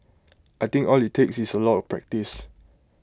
I think all IT takes is A lot of practice